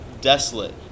desolate